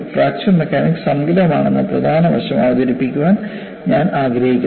fracture mechanics സമഗ്രമാണെന്ന പ്രധാന വശം അവതരിപ്പിക്കാൻ ഞാൻ ആഗ്രഹിക്കുന്നു